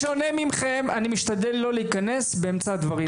בשונה ממכם אני משתדל לא להיכנס באמצע הדברים.